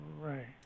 Right